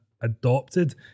adopted